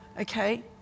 okay